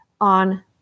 on